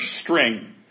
string